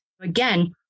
Again